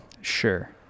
Sure